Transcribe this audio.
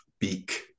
beak